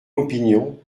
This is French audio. opinion